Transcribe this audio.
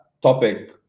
topic